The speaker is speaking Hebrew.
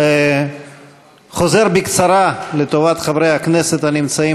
אני חוזר בקצרה לטובת חברי הכנסת הנמצאים